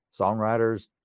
Songwriters